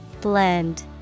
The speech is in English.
Blend